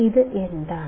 ഇത് എന്താണ്